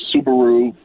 Subaru